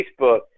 Facebook